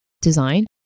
design